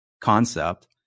concept